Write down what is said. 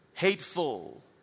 hateful